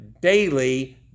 daily